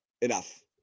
enough